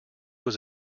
was